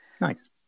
Nice